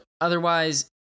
otherwise